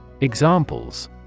Examples